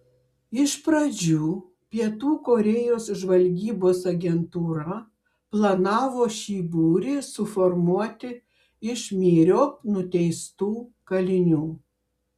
iš pradžių pietų korėjos žvalgybos agentūra planavo šį būrį suformuoti iš myriop nuteistų kalinių